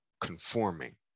conforming